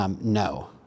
no